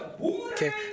Okay